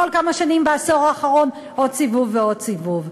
כל כמה שנים בעשור האחרון, עוד סיבוב ועוד סיבוב.